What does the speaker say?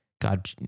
God